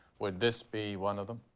would this be one of them?